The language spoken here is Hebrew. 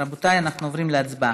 רבותיי, אנחנו עוברים להצבעה.